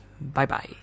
Bye-bye